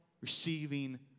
receiving